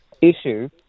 issue